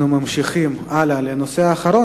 אנחנו ממשיכים לנושא האחרון